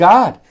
God